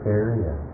area